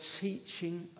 teaching